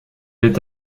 est